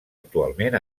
actualment